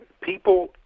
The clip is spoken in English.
people